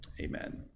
amen